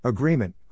Agreement